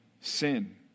sin